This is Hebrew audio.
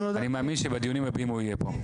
אני מאמין שבדיונים הבאים הוא יהיה פה.